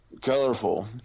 colorful